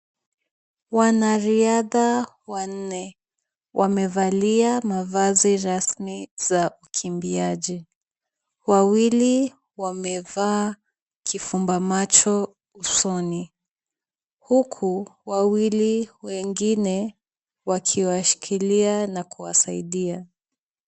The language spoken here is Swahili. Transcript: Wanariadha wanne wamevalia mavazi rasmi za ukimbiaji. Wawili wamevaa kifumba macho usoni, huku wawili wengine wakiwashikilia na kuwasaidia.